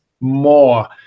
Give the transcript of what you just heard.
more